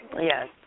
Yes